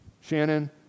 Shannon